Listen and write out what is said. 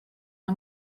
yng